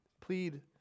plead